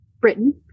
Britain